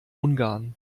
ungarn